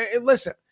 Listen